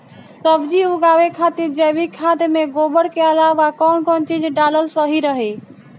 सब्जी उगावे खातिर जैविक खाद मे गोबर के अलाव कौन कौन चीज़ डालल सही रही?